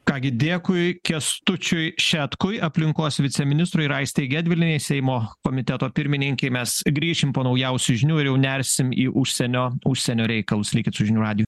ką gi dėkui kęstučiui šetkui aplinkos viceministrui ir aistei gedvilienei seimo komiteto pirmininkei mes grįšim po naujausių žinių ir jau nersim į užsienio užsienio reikalus likit su žinių radiju